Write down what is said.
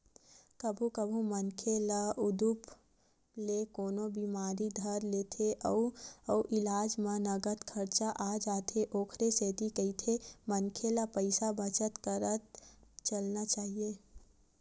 कभू कभू मनखे ल उदुप ले कोनो बिमारी धर लेथे अउ इलाज म नँगत खरचा आ जाथे ओखरे सेती कहिथे मनखे ल पइसा बचत करत चलना चाही